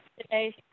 today